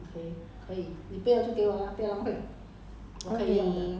but then 我都离开 liao 那个公司所以就没有送 lor